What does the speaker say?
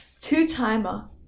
Two-timer